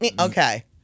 Okay